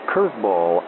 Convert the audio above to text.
Curveball